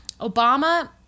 Obama